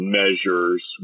measures